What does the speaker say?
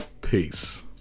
Peace